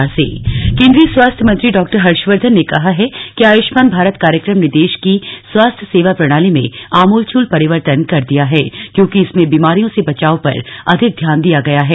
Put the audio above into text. आयुष्मान भारत कार्यक्रम केन्द्रीय स्वास्थ्य मंत्री डॉक्टर हर्षवर्धन ने कहा है कि आयुष्मान भारत कार्यक्रम ने देश की स्वास्थ्य सेवा प्रणाली में आमूलचूल परिवर्तन कर दिया है क्योंकि इसमें बीमारियों से बचाव पर अधिक ध्यान दिया गया है